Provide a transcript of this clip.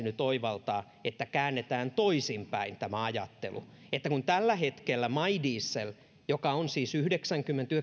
nyt oivaltaa että käännetään toisinpäin tämä ajattelu että kun tällä hetkellä my diesel joka on siis yhdeksänkymmentä